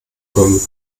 von